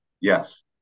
Yes